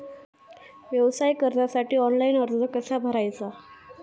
व्यवसाय कर्जासाठी ऑनलाइन अर्ज कसा भरायचा?